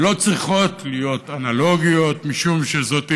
ולא צריכות להיות אנלוגיות, משום שזאת